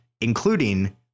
including